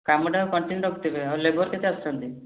କାମଟା କଣ୍ଟିନ୍ୟୁ ରଖିଥିବେ ଆଉ ଲେବର୍ କେତେ ଆସୁଛନ୍ତି